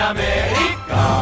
America